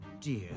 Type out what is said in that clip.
dear